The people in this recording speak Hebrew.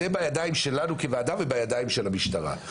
זה בידיים שלנו כוועדה ובידיים של המשטרה,